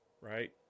Right